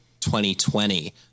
2020